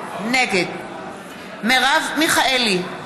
נגד מרב מיכאלי,